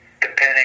Depending